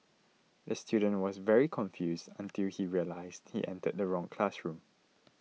the student was very confused until he realised he entered the wrong classroom